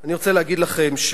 אני רוצה להגיד לכם: